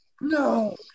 No